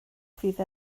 fydd